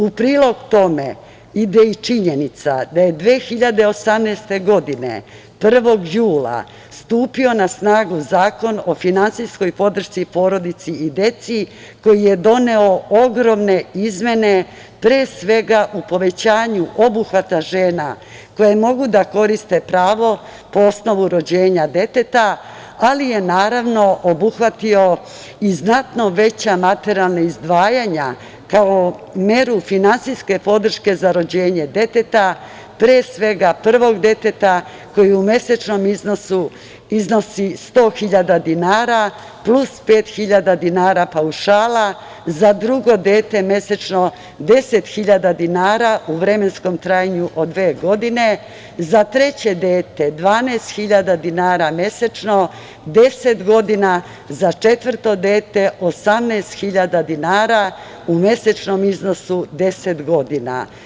U prilog tome ide i činjenica da je 2018. godine 1. jula stupio na snagu Zakon o finansijskoj podršci porodici i deci koji je doneo ogromne izmene pre svega u povećanju obuhvata žena koje mogu da koriste pravo po osnovu rođenja deteta, ali je naravno obuhvatio i znatno veća materijalna izdvajanja kao meru finansijske podrške za rođenje deteta pre svega prvo deteta koji u mesečnom iznosu iznosi 100 hiljada dinara plus pet hiljada dinara paušala, za drugo dete mesečno 10 hiljada dinara u vremenskom trajanju od dve godine, za treće dete 12 hiljada dinara mesečno 10 godina, za četvrto dete 18 hiljada dinara u mesečnom iznosu 10 godina.